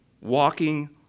walking